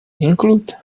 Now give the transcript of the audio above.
includes